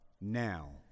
now